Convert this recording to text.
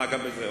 אה, גם בזה.